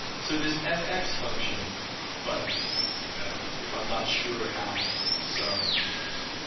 so, this fx function button if if i'm not sure how sum works,